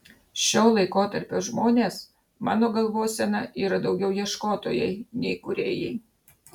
šio laikotarpio žmonės mano galvosena yra daugiau ieškotojai nei kūrėjai